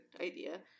idea